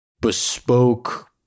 bespoke